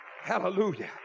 Hallelujah